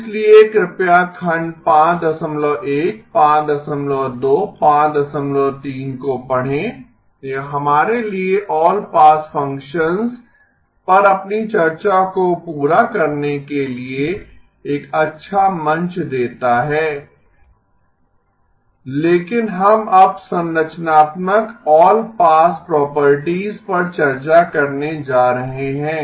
इसलिए कृपया खंड 51 52 53 को पढ़ें यह हमारे लिए ऑल पास फ़ंक्शंस पर अपनी चर्चा को पूरा करने के लिए एक अच्छा मंच देता है लेकिन हम अब संरचनात्मक ऑल पास प्रॉपर्टीज पर चर्चा करने जा रहे हैं